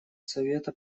совета